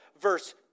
Verse